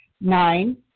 Nine